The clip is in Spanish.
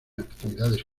actividades